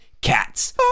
Cats